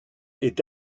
est